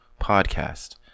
podcast